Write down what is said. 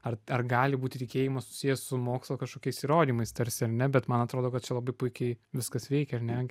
ar ar gali būti tikėjimas susijęs su mokslo kažkokiais įrodymais tarsi ar ne bet man atrodo kad čia labai puikiai viskas veikia ar ne